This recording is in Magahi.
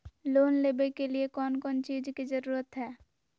लोन लेबे के लिए कौन कौन चीज के जरूरत है?